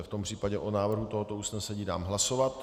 V tom případě o návrhu tohoto usnesení dám hlasovat.